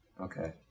Okay